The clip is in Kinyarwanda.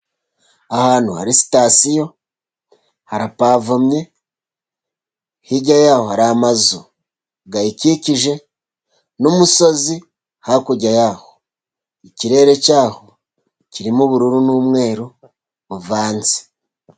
Ahantu hari sitasiyo, harapavomye, hirya ya ho hari amazu ayikikije, n'umusozi hakurya ya ho. Ikirere cya ho kirimo ubururu n'umweru buvanze.